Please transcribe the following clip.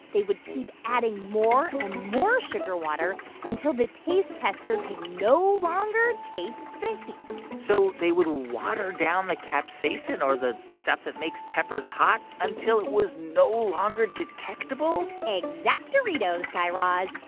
they would keep adding more and more sugar water until the taste tester could no longer taste the heat so they would water down the capsaicin, or the stuff that makes peppers hot, until it was no longer detectable exacto-ritos, guy raz.